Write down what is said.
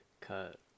cut